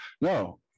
no